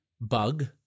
bug